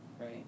Right